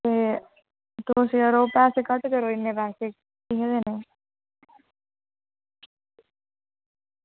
ते तुस पैसे यरो घट्ट करो इन्ने कियां देने